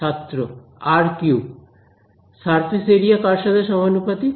ছাত্র আর cube surface area কার সাথে সমানুপাতিক